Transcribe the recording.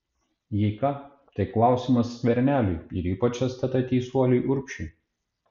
jei ką tai klausimas skverneliui ir ypač stt teisuoliui urbšiui